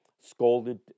scolded